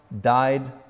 died